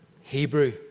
Hebrew